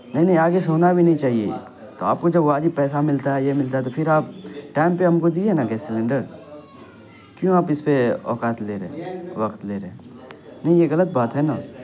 نہیں نہیں آگے سے ہونا بھی نہیں چاہیے تو آپ کو جب واجب پیسہ ملتا ہے یہ ملتا ہے تو پھر آپ ٹائم پہ ہم کو دیجیے نا گیس سلینڈر کیوں آپ اس پہ اوقات لے رہے ہیں وقت لے رہے نہیں یہ غلط بات ہے نا